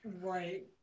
Right